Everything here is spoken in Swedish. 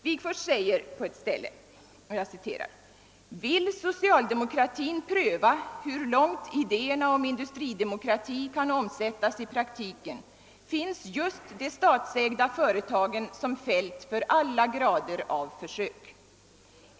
Wigforss skriver på ett ställe: » Vill socialdemokratin pröva hur långt idéerna om industridemokrati kan omsättas i praktiken finns just de statsägda företagen som fält för alla grader av försök.